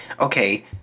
okay